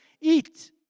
eat